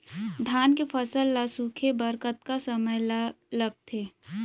धान के फसल ल सूखे बर कतका समय ल लगथे?